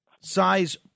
Size